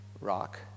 rock